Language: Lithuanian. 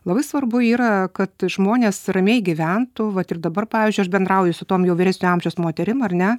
labai svarbu yra kad žmonės ramiai gyventų vat ir dabar pavyzdžiui aš bendrauju su tom jau vyresnio amžiaus moterim ar ne